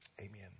Amen